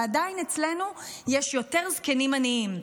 ועדיין אצלנו יש יותר זקנים עניים,